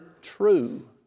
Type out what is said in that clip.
true